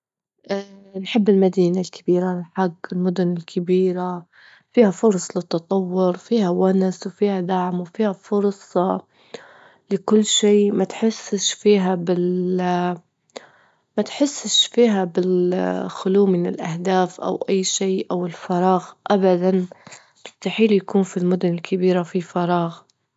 نحب المدينة الكبيرة للحج، المدن الكبيرة فيها فرص للتطور، فيها ونس، وفيها دعم، وفيها فرصة لكل شي، ما تحسش فيها بال- ما تحسش فيها بالخلو من الأهداف أو أي شي أو الفراغ أبدا، مستحيل يكون في المدن الكبيرة فيه فراغ.